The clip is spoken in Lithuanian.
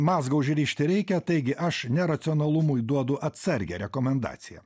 mazgą užrišti reikia taigi aš neracionalumui duodu atsargią rekomendaciją